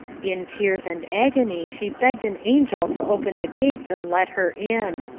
in tears and agony she begged an angel to open the gates and let her in.